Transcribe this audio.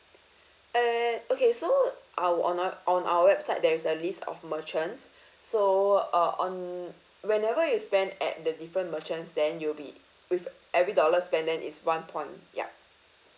err okay so our on our on our website there is a list of merchants so uh on whenever you spend at the different merchants then you'll be with every dollar spend then it's one point ya